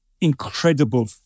incredible